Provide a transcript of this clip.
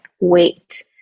wait